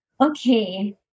Okay